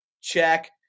check